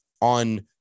on